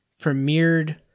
premiered